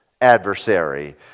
adversary